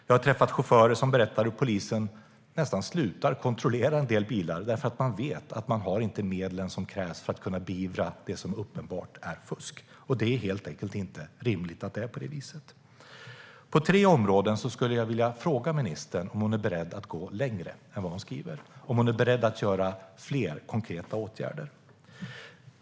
Jag har träffat chaufförer som berättar att polisen nästan slutar att kontrollera en del bilar därför att man vet att man inte har de medel som krävs för att kunna beivra det som är uppenbart fusk. Det är helt enkelt inte rimligt att det är på det viset. På tre områden skulle jag vilja fråga ministern om hon är beredd att gå längre än vad hon säger i svaret, om hon är beredd att vidta fler konkreta åtgärder.